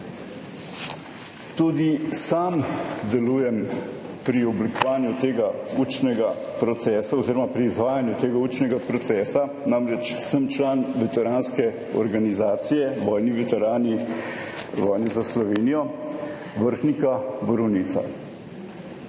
Tudi sam delujem pri oblikovanju tega učnega procesa oziroma pri izvajanju tega učnega procesa, sem namreč član veteranske organizacije vojni veterani vojne za Slovenijo Vrhnika - Borovnica.